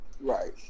Right